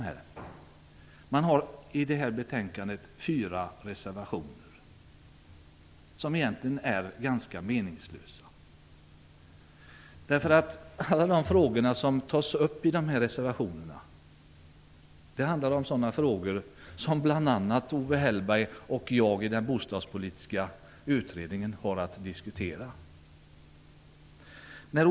Vänsterpartiet har i det här betänkandet fyra reservationer, som egentligen är ganska meningslösa. Alla de frågor som tas upp i reservationerna gäller sådant som bl.a. Owe Hellberg och jag har att diskutera i den bostadspolitiska utredningen.